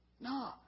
No